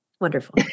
Wonderful